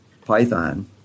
python